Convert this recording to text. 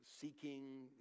seeking